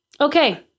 Okay